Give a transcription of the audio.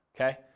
okay